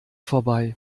vorbei